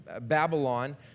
Babylon